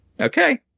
Okay